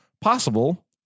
possible